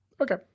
okay